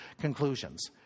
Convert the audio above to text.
conclusions